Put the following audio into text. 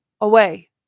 away